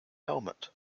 helmet